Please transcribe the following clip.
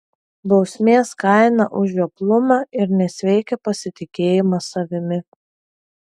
bausmės kaina už žioplumą ir nesveiką pasitikėjimą savimi